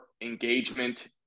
engagement